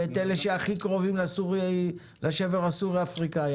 ואת אלה שהכי קרובים לשבר הסורי-אפריקאי?